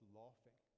laughing